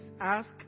Ask